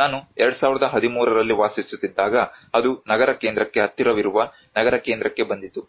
ನಾನು 2013 ರಲ್ಲಿ ವಾಸಿಸುತ್ತಿದ್ದಾಗ ಅದು ನಗರ ಕೇಂದ್ರಕ್ಕೆ ಹತ್ತಿರವಿರುವ ನಗರ ಕೇಂದ್ರಕ್ಕೆ ಬಂದಿತು